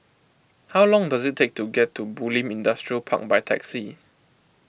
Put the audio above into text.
how long does it take to get to Bulim Industrial Park by taxi